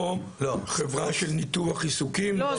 או חברה של ניתוח עיסוקים --- לא,